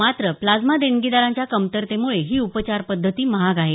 मात्र प्लाझ्मा देणगीदाराच्या कमतरतेमुळे ही उपचार पद्धती महाग आहे